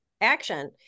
action